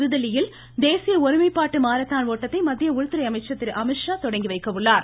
புதுதில்லியில் தேசிய ஒருமைப்பாட்டு மாரத்தான் ஓட்டத்தை மத்திய உள்துறை அமைச்சர் திரு அமீத்ஷா தொடங்கி வைக்க உள்ளார்